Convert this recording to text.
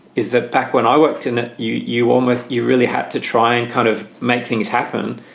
is that back when i worked in it, you you almost you really had to try and kind of make things happen.